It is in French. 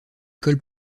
école